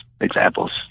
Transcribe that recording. examples